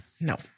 No